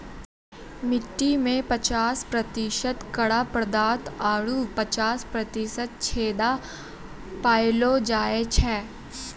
मट्टी में पचास प्रतिशत कड़ा पदार्थ आरु पचास प्रतिशत छेदा पायलो जाय छै